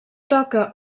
toca